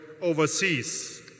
overseas